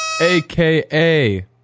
aka